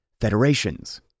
Federations